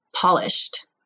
polished